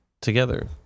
together